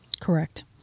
Correct